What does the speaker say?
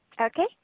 Okay